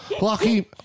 Lucky